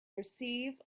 receive